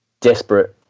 desperate